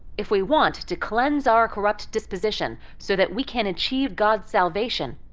if we want to cleanse our corrupt disposition so that we can achieve god's salvation,